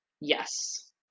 Yes